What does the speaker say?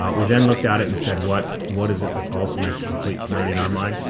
um we then looked at it and said what what is it that also makes complete community in our mind.